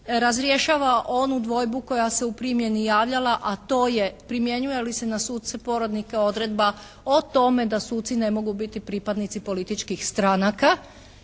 razrješava onu dvojbu koja se u primjeni javljala, a to je primjenjuje li se na suce porotnike odredba o tome da suci ne mogu biti pripadnici političkih stranaka.